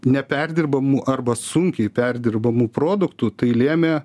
neperdirbamų arba sunkiai perdirbamų produktų tai lėmė